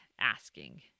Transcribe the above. asking